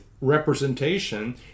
representation